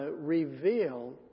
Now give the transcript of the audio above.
reveal